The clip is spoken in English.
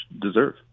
deserve